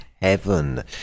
Heaven